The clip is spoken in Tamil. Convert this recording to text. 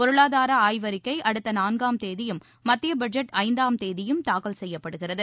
பொருளாதார ஆய்வறிக்கை அடுத்த நான்காம் தேதியும் மத்திய பட்ஜெட் ஐந்தாம் தேதியும் தாக்கல் செய்யப்படுகிறது